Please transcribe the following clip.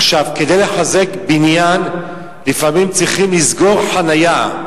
עכשיו, כדי לחזק בניין לפעמים צריך לסגור חנייה,